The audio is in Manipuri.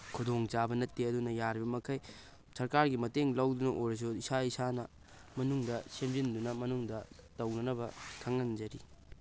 ꯈꯨꯗꯣꯡꯆꯥꯕ ꯅꯠꯇꯦ ꯑꯗꯨꯅ ꯌꯥꯔꯤꯕꯃꯈꯩ ꯁꯔꯀꯥꯔꯒꯤ ꯃꯇꯦꯡ ꯂꯧꯗꯨꯅ ꯑꯣꯏꯔꯁꯨ ꯏꯁꯥ ꯏꯁꯥꯅ ꯃꯅꯨꯡꯗ ꯁꯦꯝꯖꯤꯟꯗꯨꯅ ꯃꯅꯨꯡꯗ ꯇꯧꯅꯅꯕ ꯈꯪꯍꯟꯖꯔꯤ